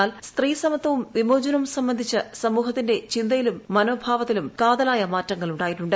എന്നാൽ സ്ത്രീ സമത്വവും വിമോചനവും സംബന്ധിച്ച് സമൂഹത്തിന്റെ ചിന്തയിലും മനോഭാവത്തിലും കാതലായ മാറ്റങ്ങളുണ്ടായിട്ടുണ്ട്